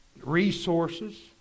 resources